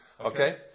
okay